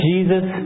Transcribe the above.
Jesus